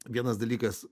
vienas dalykas